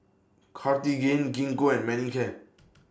Cartigain Gingko and Manicare